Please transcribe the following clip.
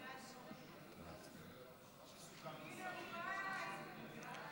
חוק רישוי שירותים ומקצועות בענף הרכב (תיקון מס' 3),